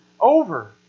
over